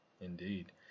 indeed